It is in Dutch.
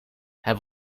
het